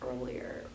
earlier